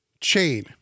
chain